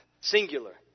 Singular